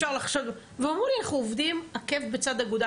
והם אמרו לי שהם עובדים עקב בצד אגודל,